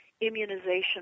Immunization